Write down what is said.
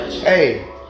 Hey